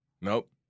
Nope